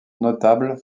notable